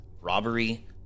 robbery